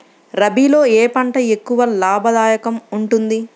రబీలో ఏ పంట ఎక్కువ లాభదాయకంగా ఉంటుంది?